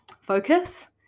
focus